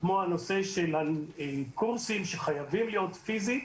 הנושא של קורסים שחייבים להיות פיזית